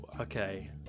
okay